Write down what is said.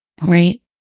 right